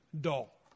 dull